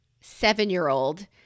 seven-year-old